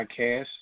podcast